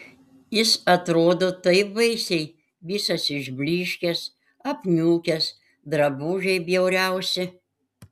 jis atrodo taip baisiai visas išblyškęs apniukęs drabužiai bjauriausi